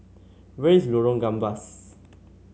where is Lorong Gambas